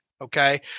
okay